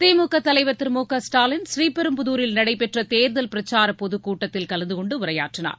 திமுக தலைவர் திரு மு க ஸ்டாலின் ஸ்ரீபெரும்புதாரில் நடைபெற்ற தேர்தல் பிரச்சாரப் பொதுக்கூட்டத்தில் கலந்து கொண்டு உரையாற்றினார்